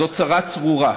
זאת צרה צרורה.